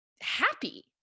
happy